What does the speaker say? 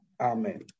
Amen